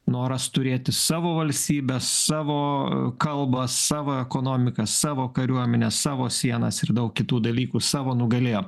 noras turėti savo valstybę savo kalbą savo ekonomiką savo kariuomenę savo sienas ir daug kitų dalykų savo nugalėjo